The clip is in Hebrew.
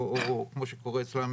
או כמו שקורה אצלם,